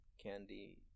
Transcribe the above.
Candy